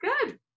Good